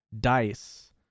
dice